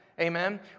Amen